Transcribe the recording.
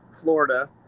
Florida